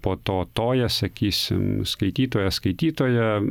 po to tojas sakysim skaitytojas skaitytoja